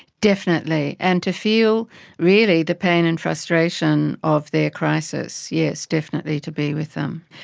definitely, and to feel really the pain and frustration of their crisis. yes, definitely to be with them.